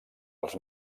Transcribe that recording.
als